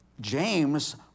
James